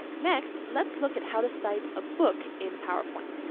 next, let's look at how to cite a book in powerpoint.